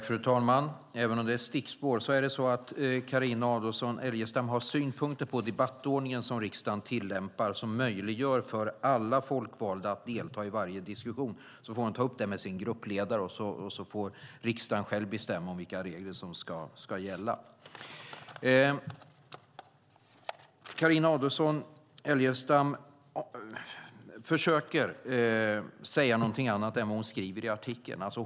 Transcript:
Fru talman! Detta är ett stickspår, men om Carina Adolfsson Elgestam har synpunkter på den debattordning som riksdagen tillämpar och som möjliggör för alla folkvalda att delta i varje diskussion så får hon ta upp det med sin gruppledare och så får riksdagen själv bestämma om vilka regler som ska gälla. Carina Adolfsson Elgestam försöker säga någonting annat än vad hon skriver i artikeln.